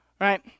Right